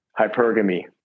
hypergamy